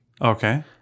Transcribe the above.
Okay